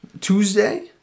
Tuesday